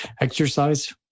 Exercise